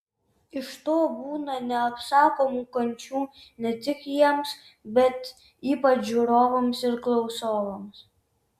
iš to būna neapsakomų kančių ne tik jiems bet ypač žiūrovams ir klausovams